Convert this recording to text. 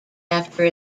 after